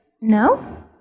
no